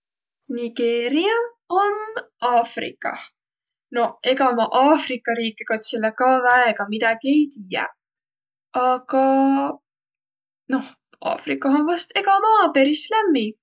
Nigeeriä om Afrikah. No ega ma Afriga riike kotsilõ ka väega midägi ei tiiäq, aga noh, Afrikah om vast ega maa peris lämmi.